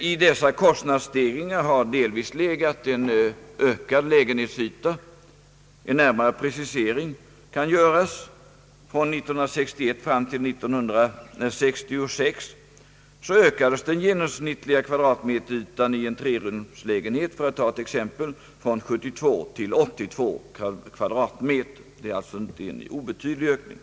I dessa kostnadsstegringar har emellertid delvis legat att lägenhetsytan ökat. En närmare precisering kan göras. Från 1961 fram till 1966 ökades den genomsnittliga kvadratmeterytan i en trerumslägenhet — för att ta ett exempel — från 72 till 82 kvadratmeter. Det är alltså en inte obetydlig ökning.